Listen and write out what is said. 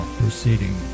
proceeding